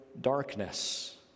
darkness